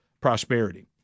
prosperity